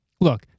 look